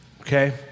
okay